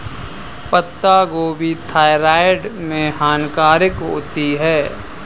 पत्ता गोभी थायराइड में हानिकारक होती है